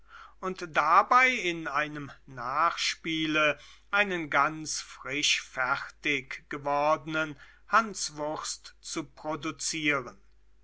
und dabei in einem nachspiele einen ganz frisch fertig gewordenen hanswurst zu produzieren